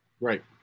right